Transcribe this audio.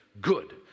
Good